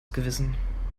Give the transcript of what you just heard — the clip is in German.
gewissen